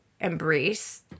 embrace